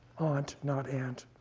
aunt, not ant.